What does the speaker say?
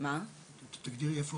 תגדירי איפה